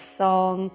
song